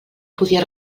podia